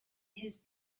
his